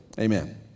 amen